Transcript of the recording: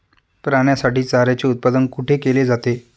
प्राण्यांसाठी चाऱ्याचे उत्पादन कुठे केले जाते?